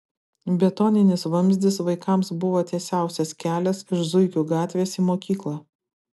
betoninis vamzdis vaikams buvo tiesiausias kelias iš zuikių gatvės į mokyklą